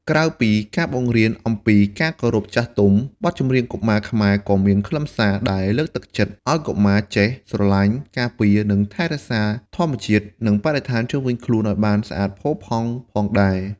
ក្រៅពីការបង្រៀនអំពីការគោរពចាស់ទុំ បទចម្រៀងកុមារខ្មែរក៏មានខ្លឹមសារដែលលើកទឹកចិត្តឲ្យកុមារចេះ ស្រឡាញ់ ការពារ និងថែរក្សាធម្មជាតិ និងបរិស្ថានជុំវិញខ្លួនឲ្យបានស្អាតផូរផង់ផងដែរ។